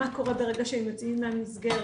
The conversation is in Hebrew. מה קורה ברגע שהם יוצאים מהמסגרת